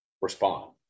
respond